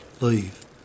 leave